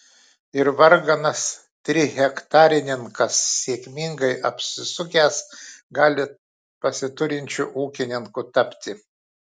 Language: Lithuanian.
ir varganas trihektarininkas sėkmingai apsisukęs gali pasiturinčiu ūkininku tapti